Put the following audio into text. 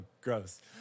gross